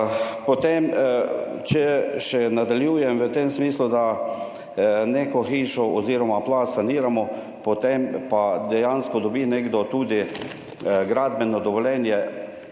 Potem, če še nadaljujem v tem smislu, da neko hiš oziroma plaz, saniramo, potem pa dejansko dobi nekdo tudi gradbeno dovoljenje